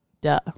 duh